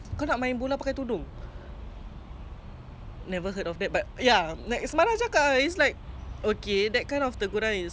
eh example like macam !wah! farah so nice ah she everytime sugarcoat me ya but padahal farah itself is like